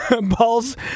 balls